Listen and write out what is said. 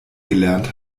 gelernt